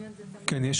כן,